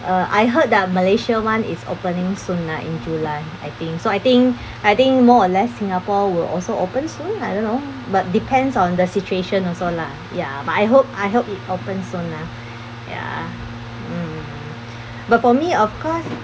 uh I heard that malaysia [one] is opening soon right in july I think so I think I think more or less singapore will also open soon I don't know but depends on the situation also lah ya but I hope I hope it open soon lah ya mm but for me of course